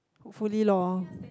fully lor